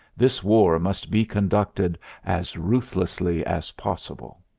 this war must be conducted as ruthlessly as possible.